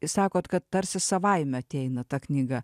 sakot kad tarsi savaime ateina ta knyga